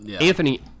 Anthony